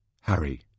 Harry